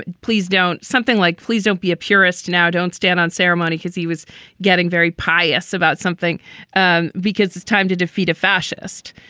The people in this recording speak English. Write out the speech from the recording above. but please don't. something like, please don't be a purist. now don't stand on ceremony, cause he was getting very pious about something and because it's time to defeat a fascist.